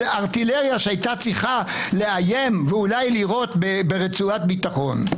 ארטילריה שהייתה צריכה לאיים ואולי לירות ברצועת ביטחון.